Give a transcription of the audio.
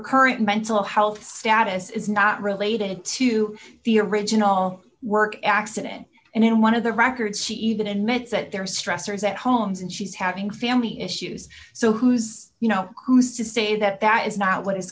mental health status is not related to the original work accident and in one of the records she even admits that there are stressors at homes and she's having family issues so who's you know who's to say that that is not what is